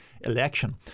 election